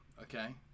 Okay